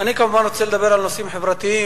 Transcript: אני כמובן רוצה לדבר על נושאים חברתיים,